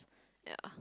yeah